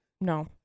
No